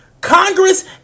Congress